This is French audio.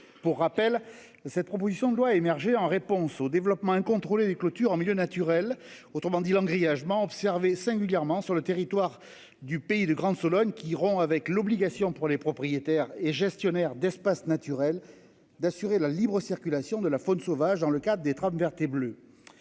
Pour rappel, cette proposition de loi émerger en réponse au développement incontrôlé des clôtures en milieu naturel. Autrement dit-il en grillages. Singulièrement sur le territoire du pays de Grande Sologne qui rompt avec l'obligation pour les propriétaires et gestionnaires d'espaces naturels d'assurer la libre-circulation de la faune sauvage, dans le cadre des trames vertes et bleues.